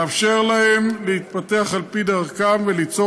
לאפשר להם להתפתח על פי דרכם וליצור